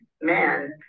man